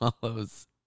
follows